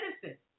citizen